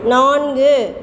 நான்கு